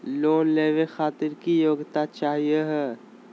Loan लेवे खातीर की योग्यता चाहियो हे?